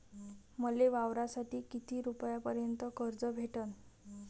मले वावरासाठी किती रुपयापर्यंत कर्ज भेटन?